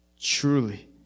truly